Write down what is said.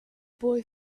boy